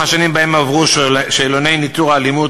השנים שבהן עברו שאלוני ניטור האלימות,